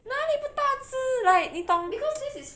哪里不大只 like 你懂